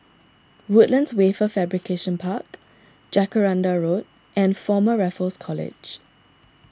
Woodlands Wafer Fabrication Park Jacaranda Road and Former Raffles College